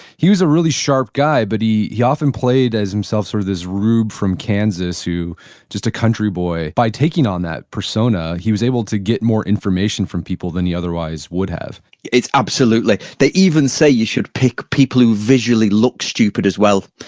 he was a really sharp guy, but he he often played as himself sort of this rube from kansas, just a country boy. by taking on that persona, he was able to get more information from people than he otherwise would have it's absolutely. they even say you should pick people who visually look stupid, as well,